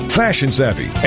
fashion-savvy